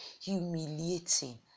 humiliating